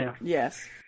Yes